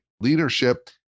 leadership